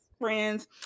friends